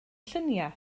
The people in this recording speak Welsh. lluniau